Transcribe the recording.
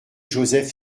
joseph